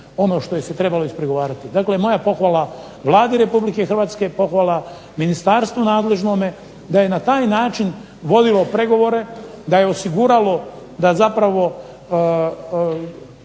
ono što je se trebalo ispregovarati. Dakle moja pohvala Vladi Republike Hrvatske, pohvala ministarstvu nadležnome, da je na taj način vodilo pregovore, da je osiguralo da zapravo